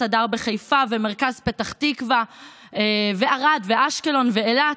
הדר בחיפה ומרכז פתח תקווה וערד ואשקלון ואילת,